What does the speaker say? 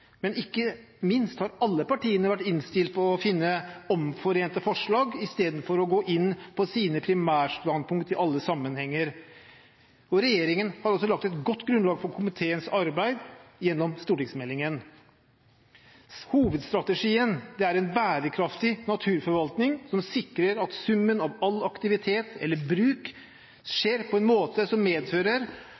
men ikke minst har alle partiene vært innstilt på å finne omforente forslag istedenfor å gå inn på sine primærstandpunkt i alle sammenhenger. Regjeringen har også lagt et godt grunnlag for komiteens arbeid gjennom stortingsmeldingen. Hovedstrategien er en bærekraftig naturforvaltning som sikrer at summen av all aktivitet eller bruk skjer på en måte som medfører